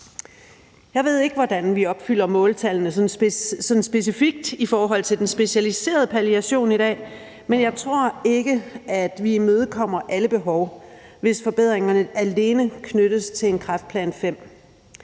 Jeg ved ikke, hvordan vi opfylder måltallene sådan specifikt i forhold til den specialiserede palliation i dag, men jeg tror ikke, at vi imødekommer alle behov, hvis forbedringerne alene knyttes til en kræftplan V.